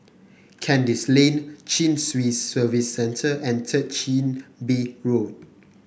Kandis Lane Chin Swee Service Centre and Third Chin Bee Road